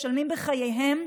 משלמים בחייהם,